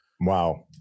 wow